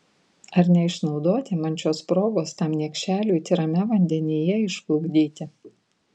ar neišnaudoti man šios progos tam niekšeliui tyrame vandenyje išplukdyti